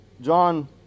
John